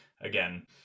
again